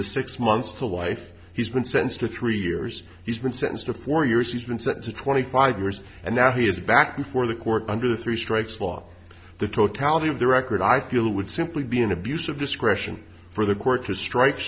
to six months to life he's been sentenced to three years he's been sentenced to four years he's been sent to twenty five years and now he is back before the court under the three strikes law the totality of the record i feel would simply be an abuse of discretion for the